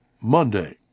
Monday